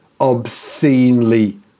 obscenely